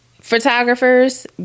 photographers